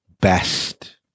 best